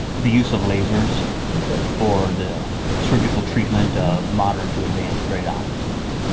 the use of lasers for the surgical treatment of moderate to advanced periodontal disease.